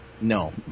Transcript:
No